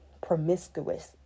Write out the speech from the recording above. promiscuous